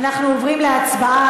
אנחנו עוברים להצבעה.